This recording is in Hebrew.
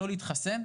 המעסיק,